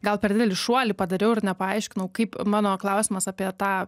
gal per didelį šuolį padariau ir nepaaiškinau kaip mano klausimas apie tą